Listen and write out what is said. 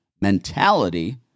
mentality